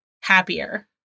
happier